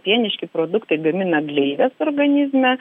pieniški produktai gamina gleives organizme